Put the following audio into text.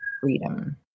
freedom